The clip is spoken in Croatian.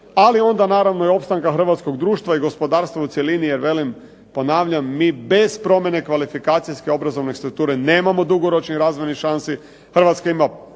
Ali onda naravno i opstanka hrvatskog društva i gospodarstva u cjelini, jer velim ponavljam mi bez promjene kvalifikacijske obrazovne strukture nemamo dugoročnih razvojnih šansi. Hrvatska ima